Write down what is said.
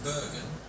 Bergen